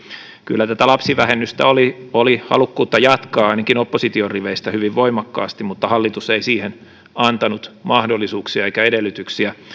kyllä tätä lapsivähennystä oli oli halukkuutta jatkaa ainakin opposition riveistä hyvin voimakkaasti mutta hallitus ei siihen antanut mahdollisuuksia eikä edellytyksiä